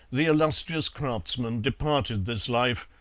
the illustrious craftsman departed this life,